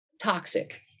toxic